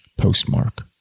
Postmark